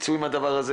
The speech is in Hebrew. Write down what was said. תצאו עם הדבר הזה